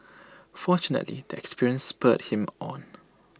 fortunately the experience spurred him on